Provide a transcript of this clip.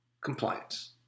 compliance